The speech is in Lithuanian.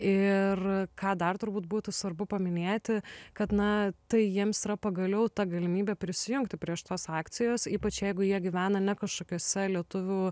ir ką dar turbūt būtų svarbu paminėti kad na tai jiems yra pagaliau ta galimybė prisijungti prie šitos akcijos ypač jeigu jie gyvena ne kažkokiuose lietuvių